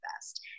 best